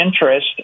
interest